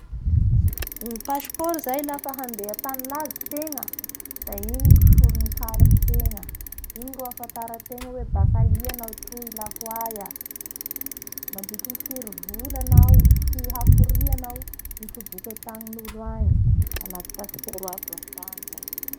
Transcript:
Ny pasport zay lafa handeha antany lavitsy tegna da igny ro solon'ny karatsy tegna; igny ro afatara ategna hoe naka aia anao toy na hoaia mandritry ny firy voa anao sy haforia anao ro mitoboky antanin'olo angy. Anaty passeport aby ro ahita anizay.